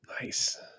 nice